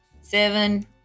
seven